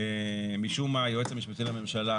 משום מה היועץ המשפטי לממשלה